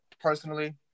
personally